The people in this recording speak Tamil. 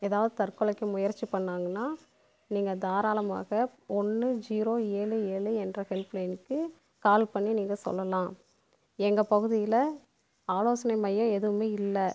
ஏதாவது தற்கொலைக்கு முயற்சி பண்ணாங்கனால் நீங்கள் தாராளமாக ஒன்று ஜீரோ ஏழு ஏழு என்ற ஹெல்ப் லைனுக்கு கால் பண்ணி நீங்கள் சொல்லலாம் எங்கள் பகுதியில் ஆலோசனை மையம் எதுவுமே இல்லை